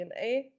dna